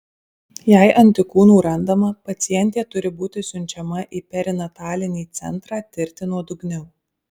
jei antikūnų randama pacientė turi būti siunčiama į perinatalinį centrą tirti nuodugniau